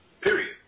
period